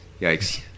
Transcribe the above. Yikes